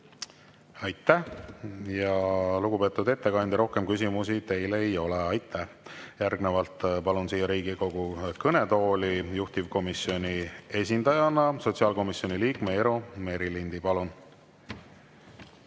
Aitäh! Lugupeetud ettekandja, rohkem küsimusi teile ei ole. Aitäh! Järgnevalt palun siia Riigikogu kõnetooli juhtivkomisjoni esindajana sotsiaalkomisjoni liikme Eero Merilindi.